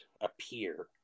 appear